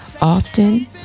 Often